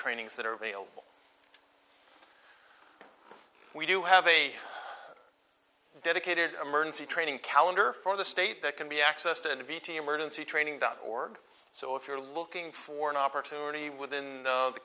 trainings that are available we do have a dedicated emergency training calendar for the state that can be accessed in v t emergency training dot org so if you're looking for an opportunity within the